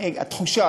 התחושה,